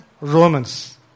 Romans